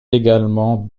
également